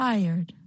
Tired